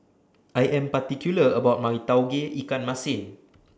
I Am particular about My Tauge Ikan Masin